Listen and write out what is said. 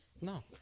No